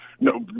No